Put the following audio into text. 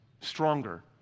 stronger